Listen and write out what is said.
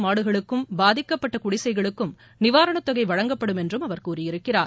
மாடுகளுக்கும் பாதிக்கப்பட்ட குடிசைகளுக்கும் நிவாரணத்தொகை வழங்கப்படுமென்றும் அவர் கூறியிருக்கிறார்